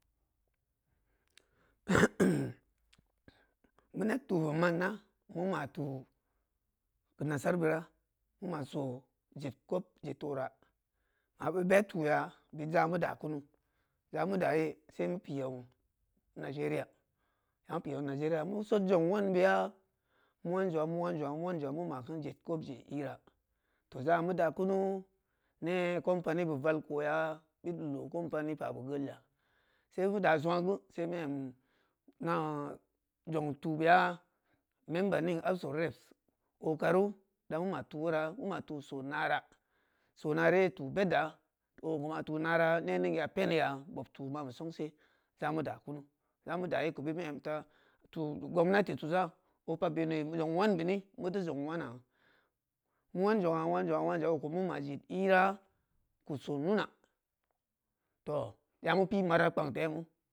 meu ned tu be marana meu ma tu keu nasara beura meu ma soo jed kobje torah ma beu be tuya bid ja meu da kunu ja meu daye sei meu piyau nigeria ya meu pi ong nigeria meu sod ong wau beya meu wan zong’a meu wan zong’a meu wan zong’a meu makin jed kobje irah tooh jaa meu da kunu nee kompanibe val koya bid beu loo kom pani pa beu gela sei beu da zong’a geu sei meu em na jong tubeya membaa nin habs of reps okaru da meu ma tu wora meu ma tu soo narah soo nariye tubedda okou ma tu soo narah nening ya peniya bob tumabe songse ja meu da kunu ja meu daye kou bid meu em ta tu gomnati tusa opa benue meu zong wanbeni meu teu zong wana meu wan zong’a okou meu ma jed irah keu soo nuna tooh ya meu pi mara kpang temu